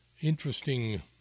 interesting